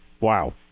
Wow